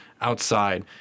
outside